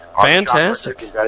Fantastic